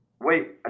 Wait